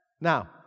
Now